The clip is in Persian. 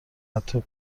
حتی